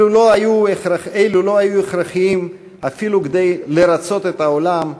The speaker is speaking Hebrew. אלו לא היו הכרחיים אפילו כדי לרצות את העולם,